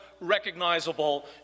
recognizable